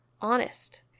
honest